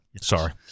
sorry